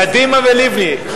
קדימה ולבני.